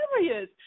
serious